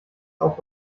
auch